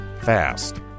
fast